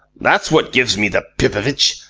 that's what gives me the pipovitch.